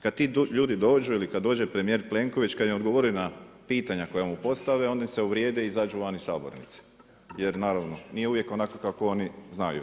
Kad ti ljudi dođu ili kad dođe premijer Plenković, kad im odgovori na pitanje koja mu postave oni se uvrijede i izađu van iz sabornice, jer naravno nije uvijek onako kako oni znaju.